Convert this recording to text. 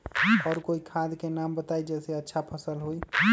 और कोइ खाद के नाम बताई जेसे अच्छा फसल होई?